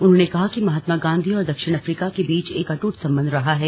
उन्होंने कहा कि महात्मा गांधी और दक्षिण अफ्रीका के बीच एक अट्ट संबंध रहा है